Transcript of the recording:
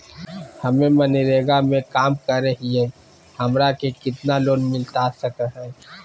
हमे मनरेगा में काम करे हियई, हमरा के कितना लोन मिलता सके हई?